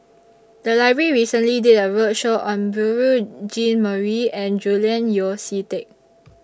The Library recently did A roadshow on Beurel Jean Marie and Julian Yeo See Teck